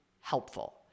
helpful